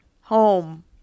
home